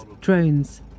drones